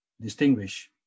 distinguish